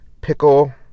Pickle